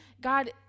God